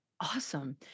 Awesome